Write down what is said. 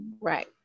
Right